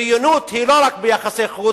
בריונות היא לא רק ביחסי חוץ,